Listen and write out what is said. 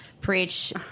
Preach